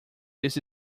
this